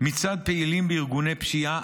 מצד פעילים בארגוני הפשיעה,